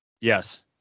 Yes